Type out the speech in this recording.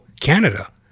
Canada